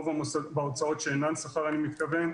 בהוצאות שאינן שכר אני מתכוון,